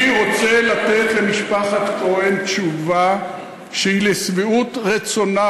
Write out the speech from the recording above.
אני רוצה לתת למשפחת כהן תשובה שהיא לשביעות רצונה,